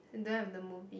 and don't have the movie